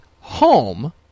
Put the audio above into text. home